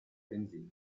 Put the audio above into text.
benzina